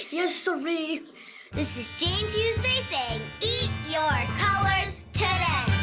yes, siree this is jane tuesday saying. eat your colors today.